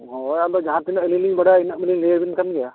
ᱦᱳᱭ ᱟᱫᱚ ᱡᱟᱦᱟᱸ ᱛᱤᱱᱟᱹᱜ ᱟᱹᱞᱤᱧ ᱞᱤᱧ ᱵᱟᱲᱟᱭᱟ ᱩᱱᱟᱹᱜ ᱫᱚᱞᱤᱧ ᱞᱟᱹᱭ ᱟᱹᱵᱤᱱ ᱠᱟᱱ ᱜᱮᱭᱟ